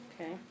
Okay